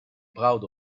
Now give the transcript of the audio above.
proud